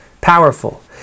powerful